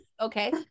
Okay